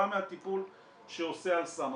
בא מהטיפול שעושה "אל סם".